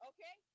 Okay